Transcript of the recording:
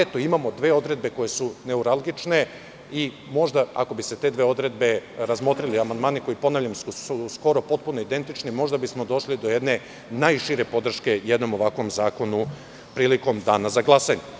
Eto, imamo dve odredbe koje su neuralgične i možda ako bi se te dve odredbe razmotrile, ponavljam, amandmani su potpuno identični, možda bismo došli do jedne najširije podrške jednog ovakvom zakonu prilikom dana za glasanje.